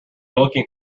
looking